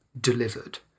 delivered